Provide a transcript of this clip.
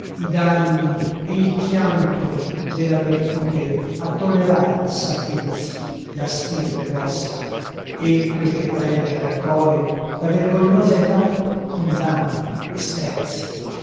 i danni e il pianto della virtude a tollerar s'avvezzi la stirpe vostra e quel che pregia e cole la vergognosa età condanni e sprezzi